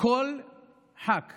כל ח"כ